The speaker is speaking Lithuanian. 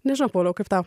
nežinau pauliau kaip tau